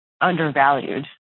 undervalued